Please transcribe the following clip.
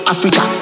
Africa